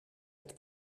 het